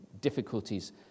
difficulties